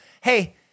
hey